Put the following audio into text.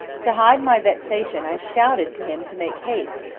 to hide my vexation i shouted to him to make haste,